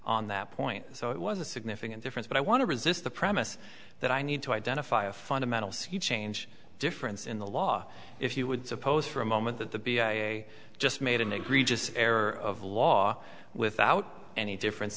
on that point so it was a significant difference but i want to resist the premise that i need to identify a fundamental sea change difference in the law if you would suppose for a moment that the b i just made an egregious error of law without any difference